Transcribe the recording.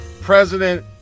President